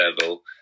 level